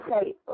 say